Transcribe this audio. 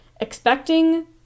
expecting